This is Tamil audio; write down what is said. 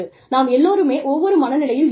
நாம் எல்லோருமே ஒவ்வொரு மன நிலையில் இருப்போம்